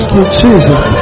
Jesus